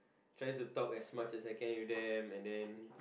try to talk as much as I can with them and then